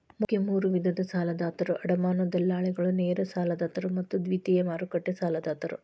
ಮುಖ್ಯ ಮೂರು ವಿಧದ ಸಾಲದಾತರು ಅಡಮಾನ ದಲ್ಲಾಳಿಗಳು, ನೇರ ಸಾಲದಾತರು ಮತ್ತು ದ್ವಿತೇಯ ಮಾರುಕಟ್ಟೆ ಸಾಲದಾತರು